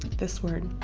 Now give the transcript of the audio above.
this word